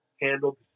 Handled